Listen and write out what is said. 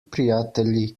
prijatelji